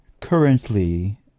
Currently